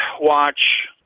watch